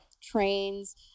trains